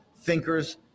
thinkers